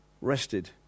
Rested